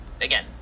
Again